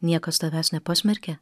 niekas tavęs nepasmerkė